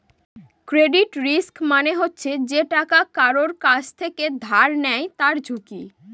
credit risk মানে হচ্ছে যে টাকা কারুর কাছ থেকে ধার নেয় তার ঝুঁকি